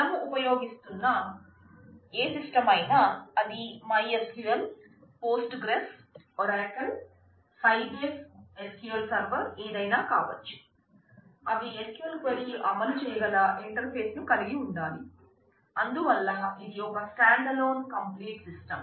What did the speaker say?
మనం ఉపయోగిస్తున్న ఏ సిస్టమ్